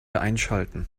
einschalten